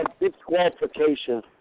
disqualification